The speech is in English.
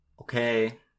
Okay